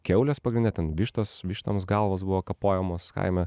kiaulės pagrinde ten vištos vištoms galvos buvo kapojamos kaime